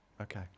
Okay